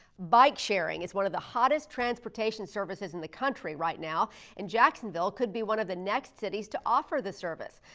bike sharing is one of the hottest transportation services in the country right now and jacksonville could be one of the next cities to offer the service.